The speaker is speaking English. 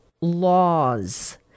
laws